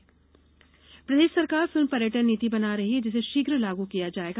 film पर्यटन प्रदेश सरकार फिल्म पर्यटन नीति बना रही है जिसे शीघ्र लागू किया जाएगा